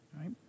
right